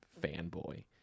fanboy